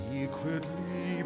Secretly